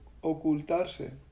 ocultarse